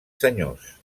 senyors